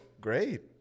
Great